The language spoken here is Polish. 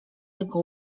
jego